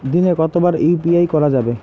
দিনে কতবার ইউ.পি.আই করা যাবে?